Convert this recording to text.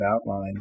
outlined